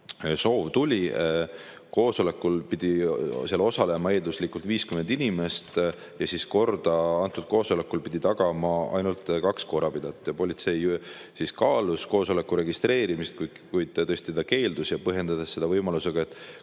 soov tuli, koosolekul pidi osalema eelduslikult 50 inimest ja korda sellel koosolekul pidi tagama ainult kaks korrapidajat. Politsei kaalus koosoleku registreerimist, kuid tõesti ta keeldus, põhjendades seda võimalusega, et